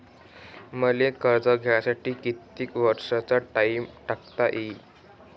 मले कर्ज घ्यासाठी कितीक वर्षाचा टाइम टाकता येईन?